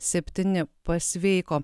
septyni pasveiko